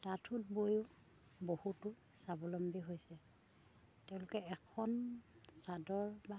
তাঁতো সুত বয়ো বহুতো স্বাৱলম্বী হৈছে তেওঁলোকে এখন চাদৰ বা